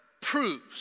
proves